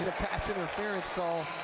pass interference call